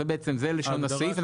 זה בעצם לשון הסעיף,